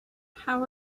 how